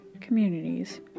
communities